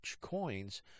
coins